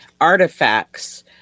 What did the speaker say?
artifacts